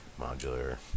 modular